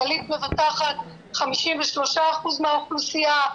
כללית מבטחת 53% מהאוכלוסיה,